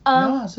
um